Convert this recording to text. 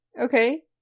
Okay